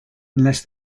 unless